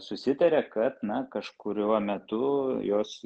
susitaria kad na kažkuriuo metu jos